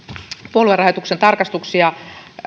puoluerahoituksen tarkastuksia